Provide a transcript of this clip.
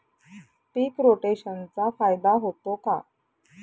पीक रोटेशनचा फायदा होतो का?